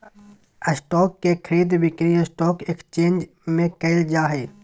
stock के खरीद बिक्री स्टॉक एकसचेंज में क़इल जा हइ